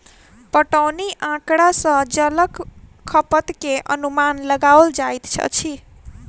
पटौनी आँकड़ा सॅ जलक खपत के अनुमान लगाओल जाइत अछि